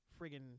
friggin